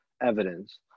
evidence